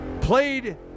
played